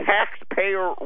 Taxpayer